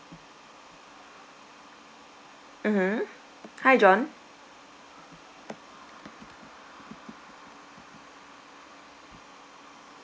mmhmm hi john